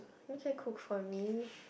you can cook for me